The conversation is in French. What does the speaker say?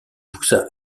poussa